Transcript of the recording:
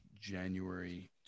January